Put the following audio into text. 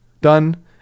done